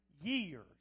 years